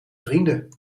vrienden